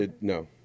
No